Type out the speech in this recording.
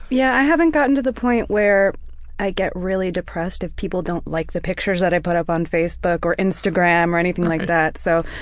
yeah, i haven't gotten to the point where i get really depressed if people don't like the pictures i put up on facebook or instagram or anything like that, so,